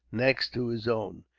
next to his own.